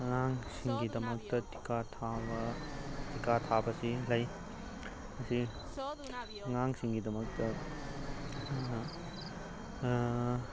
ꯑꯉꯥꯡꯁꯤꯡꯒꯤꯗꯃꯛꯇ ꯇꯤꯀꯥ ꯊꯥꯕ ꯇꯤꯀꯥ ꯊꯥꯕꯁꯤ ꯂꯩ ꯑꯁꯤ ꯑꯉꯥꯡꯁꯤꯡꯒꯤꯗꯃꯛꯇ